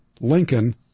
Lincoln